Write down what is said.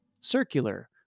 circular